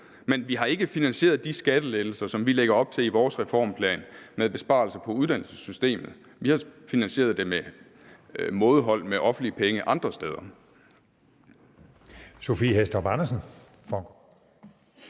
men vi har ikke finansieret de skattelettelser, som vi lægger op til i vores reformplan, med besparelser på uddannelsessystemet. Vi har finansieret det med mådehold med offentlige penge andre steder.